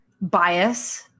bias